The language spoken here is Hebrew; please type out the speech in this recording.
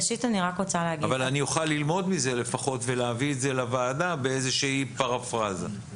אבל אני אוכל ללמוד מזה לפחות ולהביא את זה לוועדה באיזושהי פרפרזה.